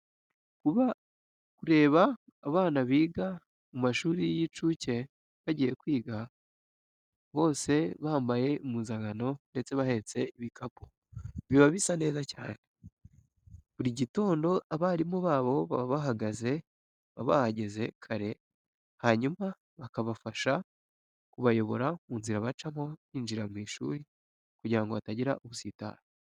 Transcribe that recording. Kureba abana biga mu mashuri y'incuke bagiye kwiga, bose bambaye impuzankano ndetse bahetse ibikapu, biba bisa neza cyane. Buri gitondo abarimu babo baba bahageze kare, hanyuma bakabafasha kubayobora mu nzira bacamo binjira mu ishuri kugira ngo hatagira usitara.